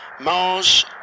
Mars